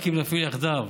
רק אם נפעל יחדיו